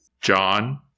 John